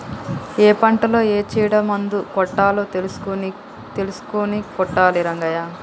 ఏ పంటలో ఏ చీడ మందు కొట్టాలో తెలుసుకొని కొట్టాలి రంగయ్య